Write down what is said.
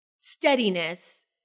steadiness